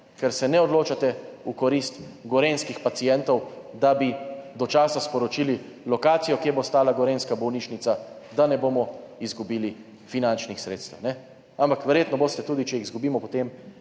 ker se ne odločate v korist gorenjskih pacientov, da bi do časa sporočili lokacijo, kje bo stala gorenjska bolnišnica, da ne bomo izgubili finančnih sredstev. Ampak verjetno boste, če jih izgubimo, potem